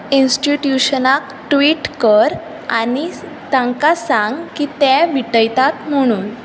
इंस्टिट्युशनाक tweet कर आनी तांकां सांग की ते विटयतात म्हणून